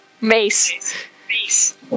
mace